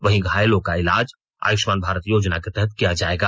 वहीं घायलों का इलाज आयुष्मान भारत योजना के तहत किया जाएगा